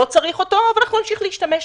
לא צריך אותו אבל אנחנו נמשיך להשתמש בו.